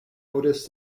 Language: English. otis